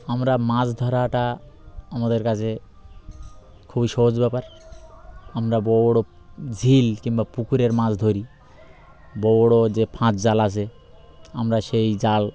আমরা মাছ ধরাটা আমাদের কাছে খুবই সহজ ব্যাপার আমরা বড়ো ঝিল কিংবা পুকুরের মাছ ধরি বড়ো যে ফাঁস জাল আসে আমরা সেই জাল